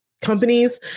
companies